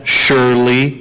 surely